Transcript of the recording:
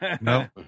No